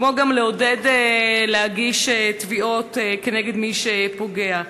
כמו גם לעודד להגיש תביעות כנגד מי שפוגע.